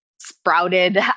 sprouted